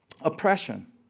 oppression